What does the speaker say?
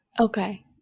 Okay